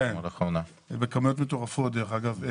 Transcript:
בכמויות מטורפות, דרך אגב.